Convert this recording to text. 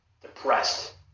depressed